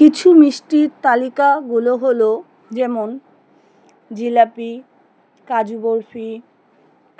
কিছু মিষ্টির তালিকাগুলো হলো যেমন জিলাপি কাজু বরফি